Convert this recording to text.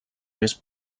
més